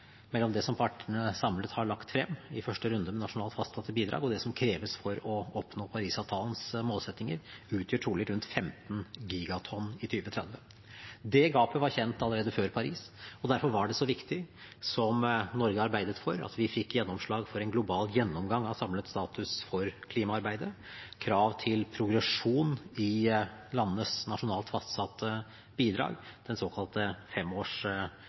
mellom det som partene samlet har lagt frem i første runde med nasjonalt fastsatte bidrag, og det som kreves for å oppnå Parisavtalens målsettinger, utgjør trolig rundt 15 gigatonn i 2030. Det gapet var kjent allerede før Paris, og derfor var det så viktig, som Norge arbeidet for, at vi fikk gjennomslag for en global gjennomgang av samlet status for klimaarbeidet, krav til progresjon i landenes nasjonalt fastsatte bidrag, den såkalte